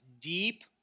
deep